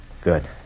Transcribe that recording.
Good